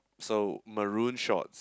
so maroon shorts